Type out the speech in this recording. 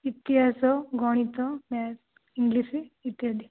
ଇତିହାସ ଗଣିତ math English ଇତ୍ୟାଦି